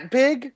big